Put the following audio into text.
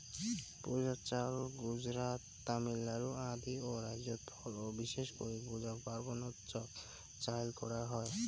পূজার চাউল গুজরাত, তামিলনাড়ু আদি রাইজ্যত ফল ও বিশেষ করি পূজা পার্বনত চইল করাঙ হই